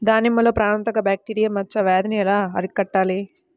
దానిమ్మలో ప్రాణాంతక బ్యాక్టీరియా మచ్చ వ్యాధినీ ఎలా అరికట్టాలి?